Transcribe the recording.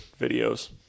videos